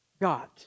God